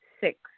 six